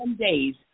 days